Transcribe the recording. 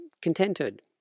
contented